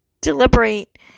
deliberate